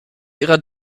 ihrer